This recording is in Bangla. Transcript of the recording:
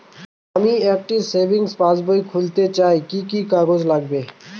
আমি একটি সেভিংস পাসবই খুলতে চাই কি কি কাগজ লাগবে?